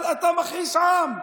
אבל אתה מכחיש עם.